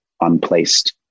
unplaced